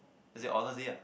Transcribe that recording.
as in honestly ah